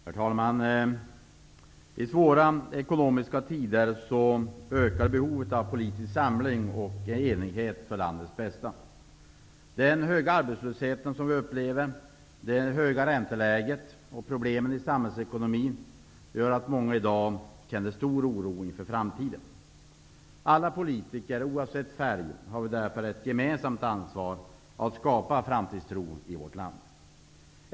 Herr talman! I svåra ekonomiska tider ökar behovet av politisk samling och enighet för landets bästa. Den höga arbetslösheten, det höga ränteläget och problemen i samhällsekonomin gör att många i dag känner stor oro inför framtiden. Alla politiker, oavsett färg, har därför ett gemensamt ansvar för att skapa framtidstro i vårt land.